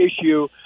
issue